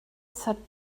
sat